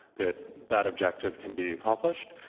that that objective can be accomplished.